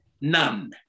none